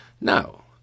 no